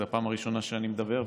זאת הפעם הראשונה שאני מדבר,